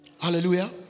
Hallelujah